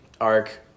arc